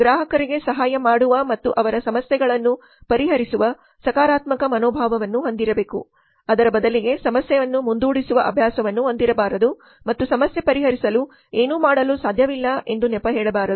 ಗ್ರಾಹಕರಿಗೆ ಸಹಾಯ ಮಾಡುವ ಮತ್ತು ಅವರ ಸಮಸ್ಯೆಗಳನ್ನು ಪರಿಹರಿಸುವ ಸಕಾರಾತ್ಮಕ ಮನೋಭಾವವನ್ನು ಹೊಂದಿರಬೇಕು ಅದರ ಬದಲಿಗೆ ಸಮಸ್ಯೆಯನ್ನು ಮುಂದೂಡಿಸುವ ಅಭ್ಯಾಸವನ್ನು ಹೊಂದಿರಬಾರದು ಮತ್ತು ಸಮಸ್ಯೆ ಪರಿಹರಿಸಲು ಏನು ಮಾಡಲು ಸಾಧ್ಯವಿಲ್ಲ ಎಂದು ನೆಪ ಹೇಳಬಾರದು